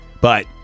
but-